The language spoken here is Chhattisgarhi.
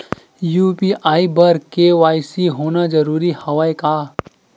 यू.पी.आई बर के.वाई.सी होना जरूरी हवय का?